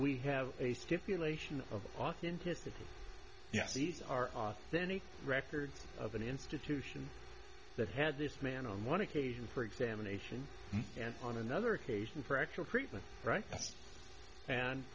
we have a stipulation of authenticity yes these are authentic records of an institution that had this man on one occasion for examination and on another occasion for actual create the right and